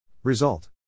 Result